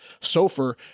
Sofer